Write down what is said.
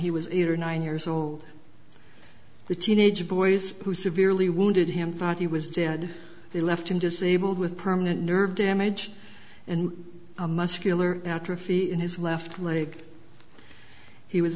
he was eight or nine years old the teenage boys who severely wounded him thought he was dead they left him disabled with permanent nerve damage and muscular atrophy in his left leg he was